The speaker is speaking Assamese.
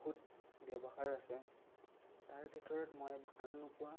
বহুত ব্যৱহাৰ আছে তাৰ ভিতৰত মই ভাল নোপোৱা